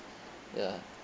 ya